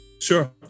Sure